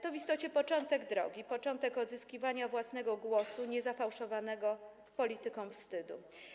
To w istocie początek drogi, początek odzyskiwania własnego głosu, niezafałszowanego polityką wstydu.